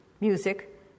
music